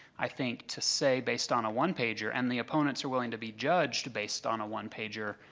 i think, to say based on a one-pager and the opponents are willing to be judged based on a one-pager,